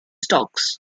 stocks